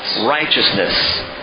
righteousness